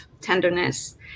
tenderness